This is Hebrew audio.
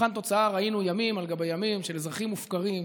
במבחן התוצאה ראינו ימים על גבי ימים של אזרחים שמופקרים,